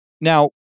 Now